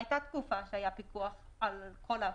הייתה תקופה שהיה פיקוח על כל הכספומטים.